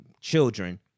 children